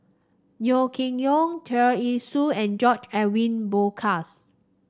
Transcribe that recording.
Yeo King Yong Tear Ee Soon and George Edwin Bogaars